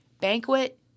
Banquet